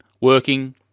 working